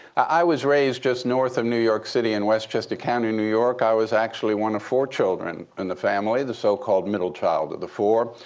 i was raised just north of new york city in westchester county, new new york. i was actually one of four children in the family, the so-called middle child of the four.